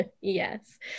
Yes